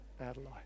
Adelaide